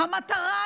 אז תשני.